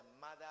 mother